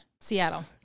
Seattle